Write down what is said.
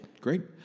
Great